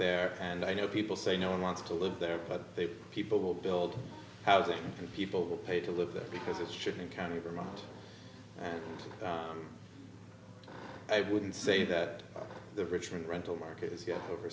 there and i know people say no one wants to live there but they people will build housing and people will pay to live there because it shouldn't county vermont i wouldn't say that the richmond rental market